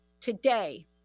today